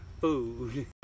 food